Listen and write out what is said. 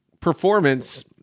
performance